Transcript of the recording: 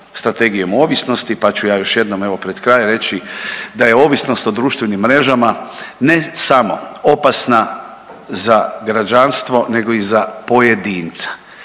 Strategijom ovisnosti, pa ću ja još jednom evo pred kraj reći da je ovisnost o društvenim mrežama ne samo opasna za građanstvo nego i za pojedinca.